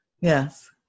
yes